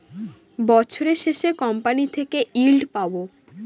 বছরের শেষে কোম্পানি থেকে ইল্ড পাবো